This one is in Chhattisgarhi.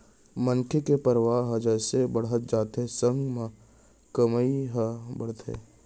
मनसे के परवार ह जइसे बाड़हत जाथे संग म कमई ह बाड़थे